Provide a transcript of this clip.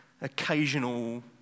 occasional